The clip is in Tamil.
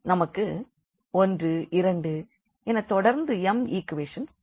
நமக்கு 1 2எனத் தொடர்ந்து m ஈக்வேஷன்இருக்கிறது